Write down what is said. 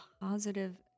positive